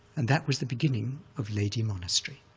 and that was the beginning of ledi monastery.